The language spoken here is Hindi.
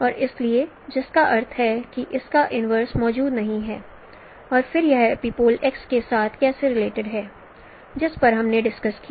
और इसलिए जिसका अर्थ है कि इसका इनवर्स मौजूद नहीं है और फिर यह एपिपोले x के साथ कैसे रिलेटिड है जिस पर हमने डिस्कस किया